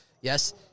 yes